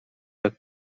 jak